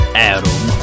Adam